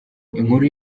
inkuru